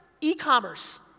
e-commerce